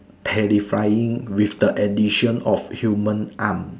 terrifying with the edition of human arms